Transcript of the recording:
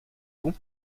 vous